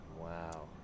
Wow